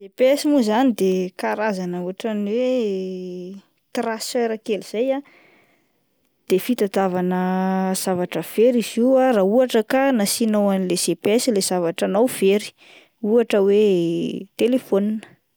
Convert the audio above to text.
GPS moa zany de karazana ahatran'ny hoe traceur kely izay ah, de fitdiavana zavatra very izy io raha ohatra ka nasianao ilay GPS ilay zavatra anao very, ohatra hoe telefona, izay ihany.